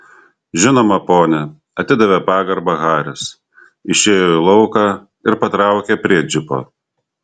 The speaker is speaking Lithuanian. žinoma pone atidavė pagarbą haris išėjo į lauką ir patraukė prie džipo